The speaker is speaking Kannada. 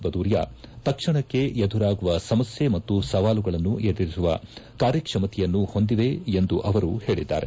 ಬದೋರಿಯಾ ತಕ್ಷಣಕ್ಕೆ ಎದುರಾಗುವ ಸಮಸ್ಥೆ ಮತ್ತು ಸವಾಲುಗಳನ್ನು ಎದುರಿಸುವ ಕಾರ್ಯಕ್ಷಮತೆಯನ್ನು ಹೊಂದಿದೆ ಎಂದು ಅವರು ಹೇಳದ್ದಾರೆ